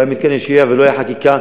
לא היו מתקני שהייה ולא הייתה חקיקה,